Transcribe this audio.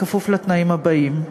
בכפוף לתנאים הבאים: